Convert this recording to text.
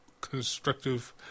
constructive